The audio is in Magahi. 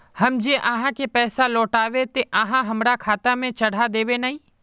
हम जे आहाँ के पैसा लौटैबे ते आहाँ हमरा खाता में चढ़ा देबे नय?